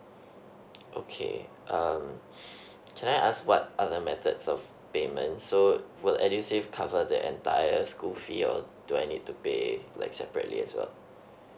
okay um can I ask what other methods of payment so will edusave cover the entire school fee or do I need to pay like separately as well